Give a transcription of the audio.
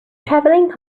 travelling